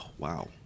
wow